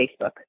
Facebook